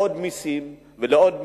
לעוד מסים ולעוד מסים.